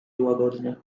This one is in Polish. łagodnie